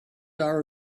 hour